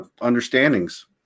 understandings